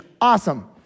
awesome